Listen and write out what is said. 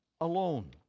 alone